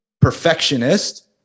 perfectionist